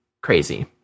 crazy